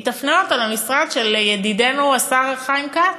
היא תפנה אותו למשרד של ידידנו השר חיים כץ,